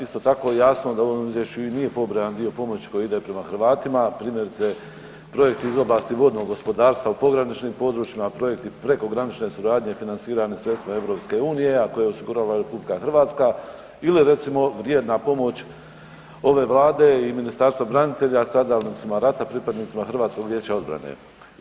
Isto tako je jasno da u ovom izvješću i nije pobrojan dio pomoći koja ide prema Hrvatima, primjerice projekt iz oblasti vodnog gospodarstva u pograničnim područjima, projekti prekogranične suradnje financiranih sredstvima EU-a a koje je osigurala RH ili recimo jedna pomoć ove Vlade i Ministarstva branitelja stradalnicima rata, pripadnicima HVO-a.